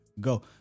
go